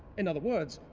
in other words,